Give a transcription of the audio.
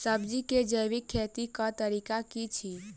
सब्जी केँ जैविक खेती कऽ तरीका की अछि?